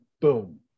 boom